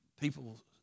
people